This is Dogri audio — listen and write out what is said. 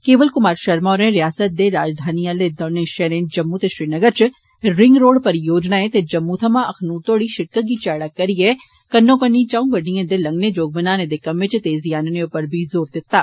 केवल कुमार षर्मा होरे रियासतै दे राजधानी आले दौने षैह्रें जम्मू ते श्रीनगर च रिंग रोड़ परियोजनाएं ते जम्मू थमां अखनूर तोड़ी सड़का गी चैड़ा करिए कन्नो कन्नी च'ऊ गड़िडएं दे लंघने जोग बनाने दे कम्मै च तेज़ी आनने पर बी जोर दित्ता